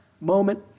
moment